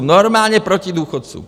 Normálně proti důchodcům.